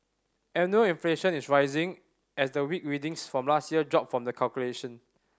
annual inflation is rising as the weak readings from last year drop from the calculation